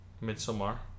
Midsummer